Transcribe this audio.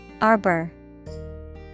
Arbor